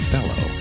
Fellow